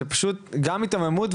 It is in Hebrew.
זה פשוט גם היתממות,